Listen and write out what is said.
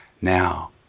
Now